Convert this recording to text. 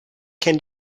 can